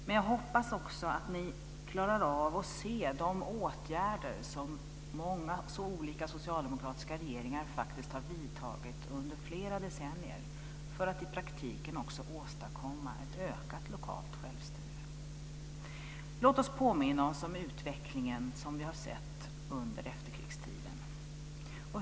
Men jag hoppas också att ni klarar av att se de åtgärder som många olika socialdemokratiska regeringar faktiskt har vidtagit under flera decennier för att också i praktiken åstadkomma ett ökat lokalt självstyre. Låt oss påminna oss om utvecklingen som vi har sett under efterkrigstiden.